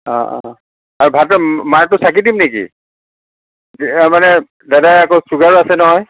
অ' অ' আৰু ভাতৰ মাৰটো চাকি দিম নেকি মানে দাদাৰ আকৌ ছুগাৰো আছে নহয়